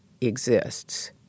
exists